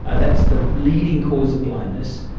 ah that's the leading cause of blindness,